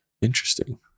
Interesting